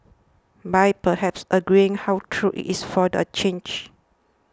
by perhaps agreeing how true it is for the change